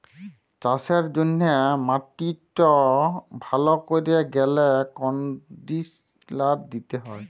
চাষের জ্যনহে মাটিক ভাল ক্যরতে গ্যালে কনডিসলার দিতে হয়